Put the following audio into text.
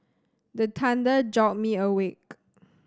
the thunder jolt me awake